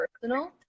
personal